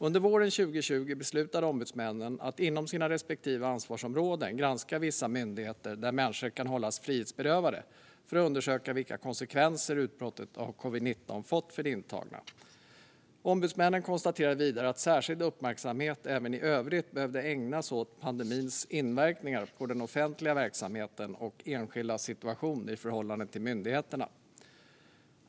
Under våren 2020 beslutade ombudsmännen att inom sina respektive ansvarsområden granska vissa myndigheter där människor kan hållas frihetsberövade för att undersöka vilka konsekvenser utbrottet av covid-19 har fått för de intagna. Ombudsmännen konstaterade vidare att särskild uppmärksamhet även i övrigt behövde ägnas åt pandemins inverkan på den offentliga verksamheten och enskildas situation i förhållande till myndigheterna.